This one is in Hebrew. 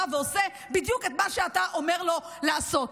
ועושה בדיוק את מה שאתה אומר לו לעשות.